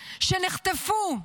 שנחטפו,